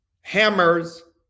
hammers